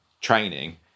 training